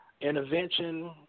intervention